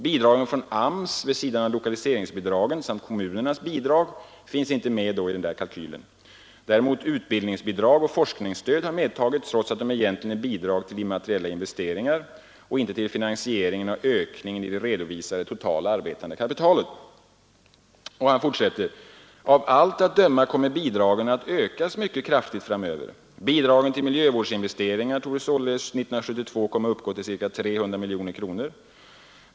Bidragen från AMS vid sidan om lokaliseringsbidragen samt kommunernas bidrag finns inte med. Utbildningsbidrag och forskningsstöd har medtagits trots att de egentligen är bidrag till immateriella investeringar och inte till finansieringen av ökningen i det redovisade totala arbetande kapitalet. Av allt att döma kommer bidragen att ökas mycket kraftigt framöver; bidragen för miljövårdsinvesteringar torde således 1972 komma att uppgå till ca 300 miljoner kronor.